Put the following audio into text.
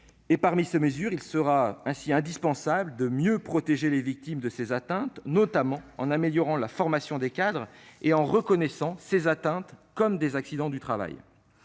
Parmi ces mesures, il sera indispensable de mieux protéger les victimes, notamment en améliorant la formation des cadres et en reconnaissant les atteintes comme des accidents du travail.